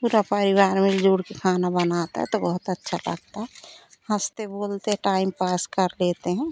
पूरा परिवार मिल जुलकर खाना बनाता है तो बहुत अच्छा लगता है हँसते बोलते टाइम पास कर लेते हैं